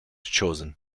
chosen